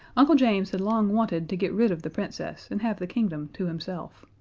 uncle james had long wanted to get rid of the princess and have the kingdom to himself.